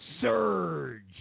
surge